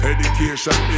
Education